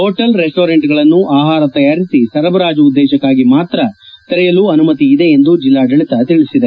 hotel ರೆಸ್ಟೊರೆಂಟ್ಗಳನ್ನು ಆಹಾರ ತಯಾರಿ ಸರಬರಾಜು ಉದ್ದೇಶಕ್ಷಾಗಿ ಮಾತ್ರ ತೆರೆಯಲು ಅನುಮತಿ ಇದೆ ಎಂದು ಜಿಲ್ಡಾಡಳಿತ ತಿಳಿಸಿದೆ